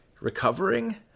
recovering